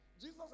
Jesus